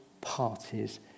parties